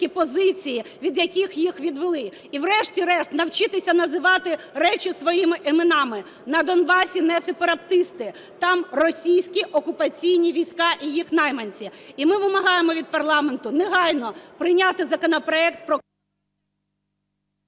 позиції, від яких їх відвели і врешті-решт навчитися називати речі своїми іменами. На Донбасі не сепаратисти - там російські окупаційні війська і їх найманці! І ми вимагаємо від парламенту негайно прийняти законопроект про…